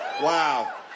Wow